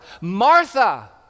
Martha